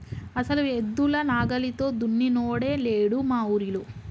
అసలు ఎద్దుల నాగలితో దున్నినోడే లేడు మా ఊరిలో